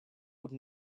would